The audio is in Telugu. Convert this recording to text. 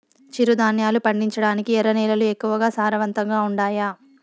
చిరుధాన్యాలు పండించటానికి ఎర్ర నేలలు ఎక్కువగా సారవంతంగా ఉండాయా